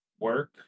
work